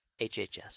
HHS